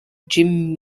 jim